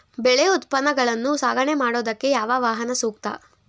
ಬೆಳೆ ಉತ್ಪನ್ನಗಳನ್ನು ಸಾಗಣೆ ಮಾಡೋದಕ್ಕೆ ಯಾವ ವಾಹನ ಸೂಕ್ತ?